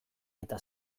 eta